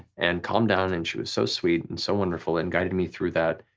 and calm down, and she was so sweet and so wonderful and guided me through that.